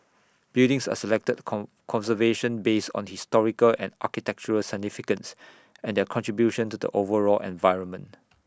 buildings are selected come conservation based on historical and architectural significance and their contribution to the overall environment